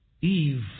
Eve